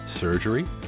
surgery